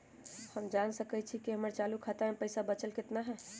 हम जान सकई छी कि हमर चालू खाता में पइसा बचल कितना हई